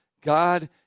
God